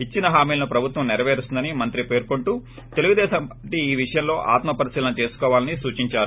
ఇచ్చినహామీలను ప్రభుత్వం సెరవేరుస్తుందని మంత్ర్ పర్కొంటూ తెలుగుదేశం పార్లీ ఈ విషయంలో ఆత్మ పరిశీలన చేసుకోవాలని సూచించారు